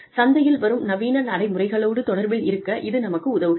சந்தையில் வரும் நவீன நடைமுறைகளோடு தொடர்பில் இருக்க இது நமக்கு உதவுகிறது